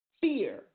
fear